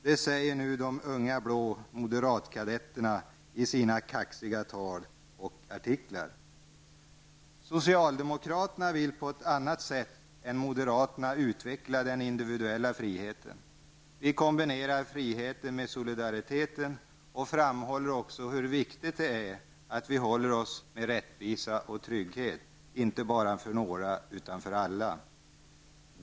Det säger nu de unga blå moderatkadetterna i sina kaxiga tal och artiklar. Socialdemokraterna vill på ett annat sätt än moderaterna utveckla den individuella friheten. Vi kombinerar friheten med solidariteten och framhåller också hur viktigt det är att vi håller oss med rättvisa och trygghet, inte bara för några utan för alla.